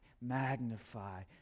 magnify